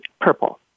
purple